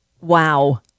Wow